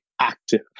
active